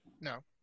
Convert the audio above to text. No